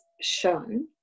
shown